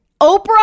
Oprah